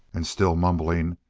and, still mumbling,